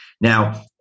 Now